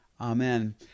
Amen